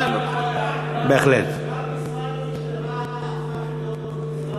גם משרד המשטרה הפך להיות המשרד לביטחון הפנים.